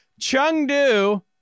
Chengdu